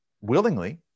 willingly